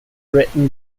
written